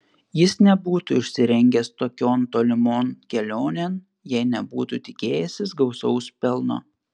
jis nebūtų išsirengęs tokion tolimon kelionėn jei nebūtų tikėjęsis gausaus pelno